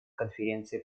конференции